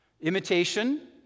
Imitation